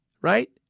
right